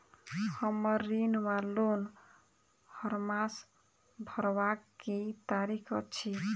हम्मर ऋण वा लोन हरमास भरवाक की तारीख अछि?